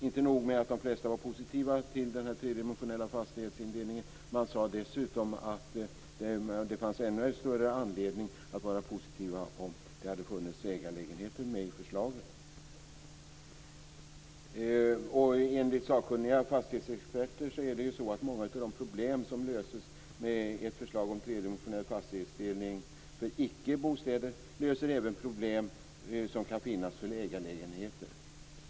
Inte nog med att de flesta var positiva till den här tredimensionella fastighetsindelningen; man sade dessutom att det hade funnits ännu större anledning att vara positiv om det hade funnits ägarlägenheter med i förslaget. Enligt sakkunniga fastighetsexperter är det ju så att ett förslag om tredimensionell fastighetsbildning för icke-bostäder, som löser många av de problem som finns, löser även problem som kan finnas för ägarlägenheter.